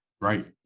Right